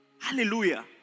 Hallelujah